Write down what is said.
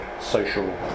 social